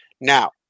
Now